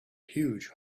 huge